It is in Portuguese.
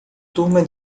turma